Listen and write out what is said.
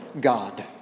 God